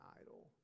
idol